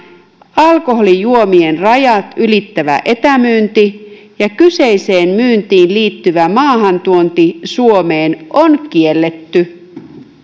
alkoholijuomien rajat ylittävä etämyynti ja kyseiseen myyntiin liittyvä maahantuonti suomeen on kielletty